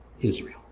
Israel